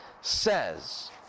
says